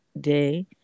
day